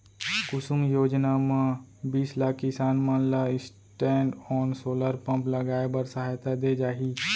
कुसुम योजना म बीस लाख किसान मन ल स्टैंडओन सोलर पंप लगाए बर सहायता दे जाही